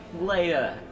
later